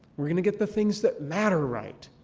we're going to get the things that matter right.